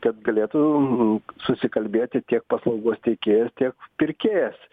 kad galėtų susikalbėti tiek paslaugos tiekėjas tiek pirkėjas